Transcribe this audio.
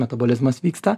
metabolizmas vyksta